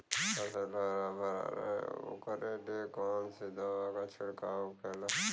फसल हरा भरा रहे वोकरे लिए कौन सी दवा का छिड़काव होखेला?